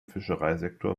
fischereisektor